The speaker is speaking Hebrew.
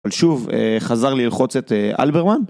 אבל שוב חזר לי לרחוץ את אלברמן.